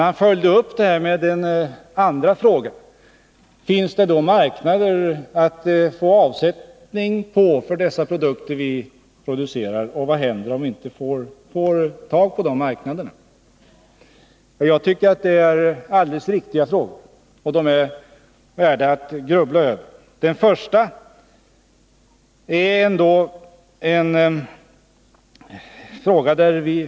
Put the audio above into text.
Han följde upp detta genom att fråga: Finns det då marknader att få avsättning på för de produkter som vi tillverkar, och vad händer om vi inte finner de marknaderna? Det är helt riktiga frågor, och de är värda att grubbla över.